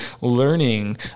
learning